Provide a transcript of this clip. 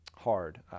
hard